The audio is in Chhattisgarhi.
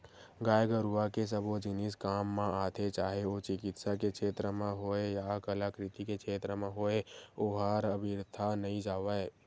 गाय गरुवा के सबो जिनिस काम म आथे चाहे ओ चिकित्सा के छेत्र म होय या कलाकृति के क्षेत्र म होय ओहर अबिरथा नइ जावय